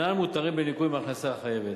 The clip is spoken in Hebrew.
אינם מותרים בניכוי מההכנסה החייבת.